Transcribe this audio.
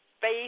faith